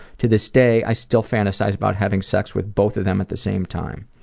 to this day, i still fantasize about having sex with both of them at the same time.